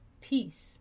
peace